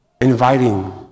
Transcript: inviting